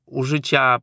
użycia